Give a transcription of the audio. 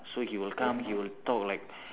so he will come he will talk like